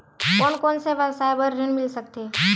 कोन कोन से व्यवसाय बर ऋण मिल सकथे?